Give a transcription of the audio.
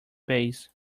base